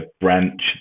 branch